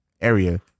area